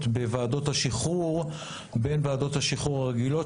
בוועדות השחרור בין ועדות השחרור הרגילות,